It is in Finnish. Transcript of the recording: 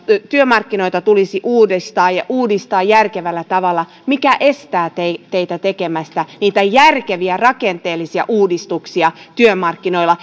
työmarkkinoita tulisi uudistaa järkevällä tavalla mikä estää teitä teitä tekemästä työmarkkinoilla niitä järkeviä rakenteellisia uudistuksia